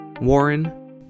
Warren